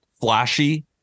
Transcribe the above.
flashy